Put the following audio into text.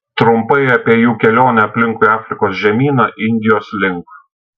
trumpai apie jų kelionę aplinkui afrikos žemyną indijos link